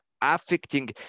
affecting